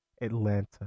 Atlanta